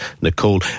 Nicole